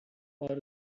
are